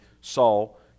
saul